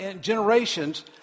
generations